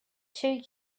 two